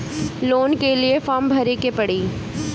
Loan के लिए form भरे के पड़ी?